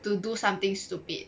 to do something stupid